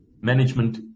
management